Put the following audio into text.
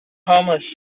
homeless